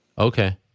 Okay